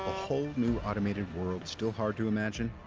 whole new automated world still hard to imagine?